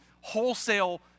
wholesale